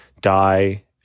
die